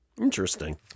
interesting